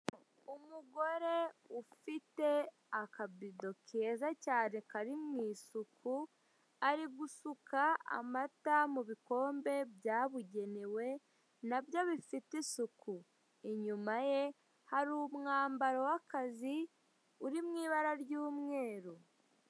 Umugore ufite akabido keza cyane kari mu isuku ari gusuka amata mu bikombe byabugenewe nabyo bifite isuku, inyuma ye hari umwambaro w'akazi uri mui ibara ry'umweru.